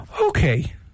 Okay